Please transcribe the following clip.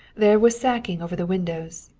there, with sacking over the windows,